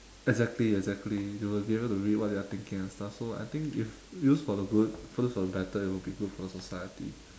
exactly exactly you will be able to read what they're thinking and stuff so I think if use for the good use for the better it'll be good for the society